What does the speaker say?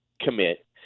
commit